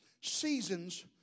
Seasons